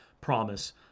promise